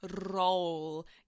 roll